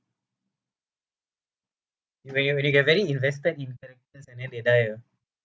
when you when you get very invested in characters and then they died ah